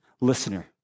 listener